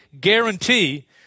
guarantee